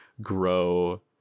grow